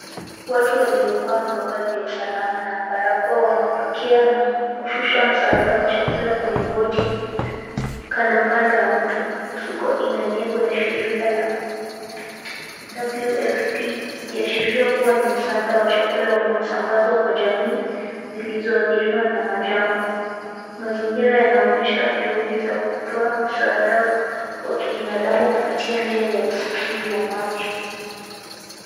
Watu waliovaa mavazi ya usalama na barakoa wanapakiana kushusha msaada wa chakula kwenye boti kando kando ya mto. Mifuko ina nembo ya shirika la WFP , ikiashiria kuwa ni msaada wa chakula unaosambazwa kwa jamii zilizoathiriwa na majanga. Mazingira yanaonyesha juhudi za kutoa msaada wa kibinadamu kupitia njia ya usafiri wa maji.